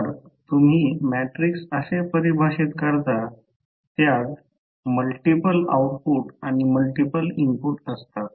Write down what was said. तर तुम्ही मेट्रिक्स असे परिभाषित करता त्यात मल्टिपल आउटपुट आणि मल्टिपल इनपुट असतात